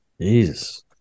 Jesus